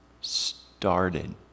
started